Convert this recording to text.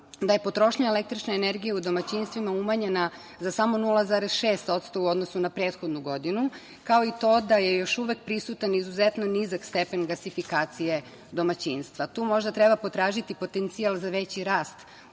da je potrošnja električne energije u domaćinstvima umanjena za samo 0,6% u odnosu na prethodnu godinu, kao i to da je još uvek prisutan izuzetno nizak stepen gasifikacije domaćinstva. Tu možda treba potražiti potencijal za veći rast